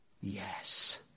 yes